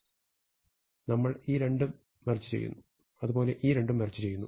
അതിനാൽ നമ്മൾ ഈ രണ്ടും മെർജ് ചെയ്യുന്നു അതുപോലെ ഈ രണ്ടും മെർജ് ചെയ്യുന്നു